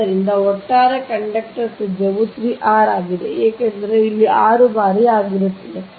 ಆದ್ದರಿಂದ ಒಟ್ಟಾರೆ ಕಂಡಕ್ಟರ್ ತ್ರಿಜ್ಯವು 3r ಆಗಿದೆ ಏಕೆಂದರೆ ಇಲ್ಲಿಂದ ಇದು 6 ಬಾರಿ ಆಗಿರುತ್ತದೆ